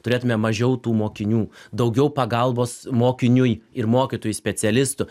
turėtume mažiau tų mokinių daugiau pagalbos mokiniui ir mokytojui specialistų